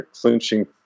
clinching